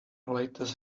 latest